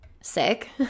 sick